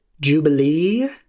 jubilee